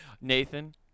Nathan